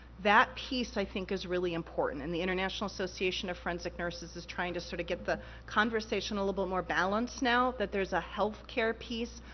that piece, i think is really important. and the international association of forensic nurses is trying to sorta get the conversation a little bit more balanced, now that there's a healthcare piece,